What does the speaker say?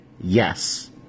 yes